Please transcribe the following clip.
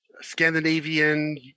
Scandinavian